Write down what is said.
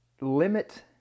limit